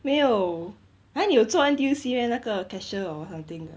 没有 !huh! 你有做 N_T_U_C meh 那个 cashier or something 的